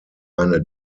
eine